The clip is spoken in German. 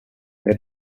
mehr